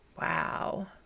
Wow